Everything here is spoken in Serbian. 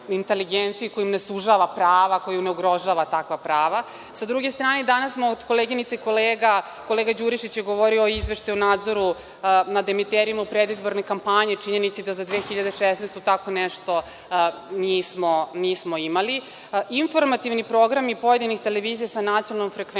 koja im ne sužava prava, koji ne ugrožava takva prava. Sa druge strane, danas smo od koleginica i kolega, kolega Đurišić je govorio o izveštaju i nadzoru nad emiterima u predizbornoj kampanji, činjenici da za 2016. godinu tako nešto nismo imali. Informativni programi pojedinih televizija sa nacionalnom frekvencijom